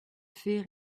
fait